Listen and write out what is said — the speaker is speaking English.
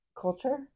culture